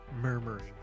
murmuring